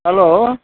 hello